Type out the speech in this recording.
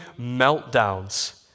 meltdowns